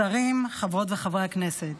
שרים, חברות וחברי הכנסת,